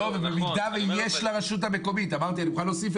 במידה ויש לרשות המקומית את המידע.